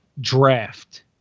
draft